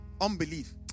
Unbelief